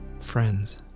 Friends